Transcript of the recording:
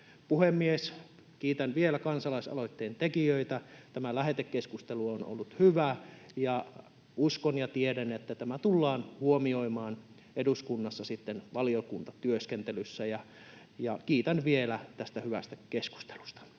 Puhemies! Kiitän vielä kansalaisaloitteen tekijöitä. Tämä lähetekeskustelu on ollut hyvä, ja uskon ja tiedän, että tämä tullaan huomioimaan eduskunnassa sitten valiokuntatyöskentelyssä, ja kiitän vielä tästä hyvästä keskustelusta.